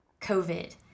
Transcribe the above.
COVID